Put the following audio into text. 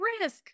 risk